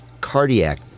Cardiac